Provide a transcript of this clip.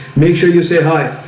make sure you say hi.